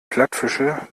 plattfische